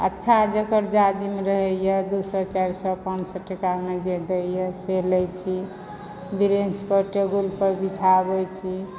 अच्छा जकर जाजिम रहैए दू सए चारि सए पाँच सए टाकामे जे दैए से लै छी बिरेंच पर टेबुल पर बिछाबै छी